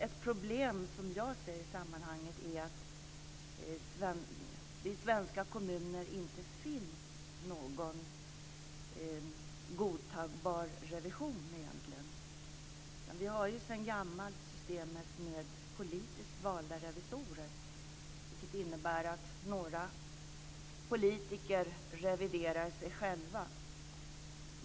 Ett problem som jag ser i sammanhanget är att det i svenska kommuner egentligen inte finns någon godtagbar revision. Vi har sedan gammalt systemet med politiskt valda revisorer, vilket innebär att några politiker reviderar sig själva.